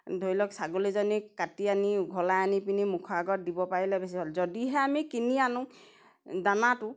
ধৰি লওক ছাগলীজনীক কাটি আনি উঘলাই আনি পিনি মুখৰ আগত দিব পাৰিলে বেছি ভাল যদিহে আমি কিনি আনো দানাটো